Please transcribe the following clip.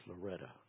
Loretta